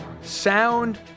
sound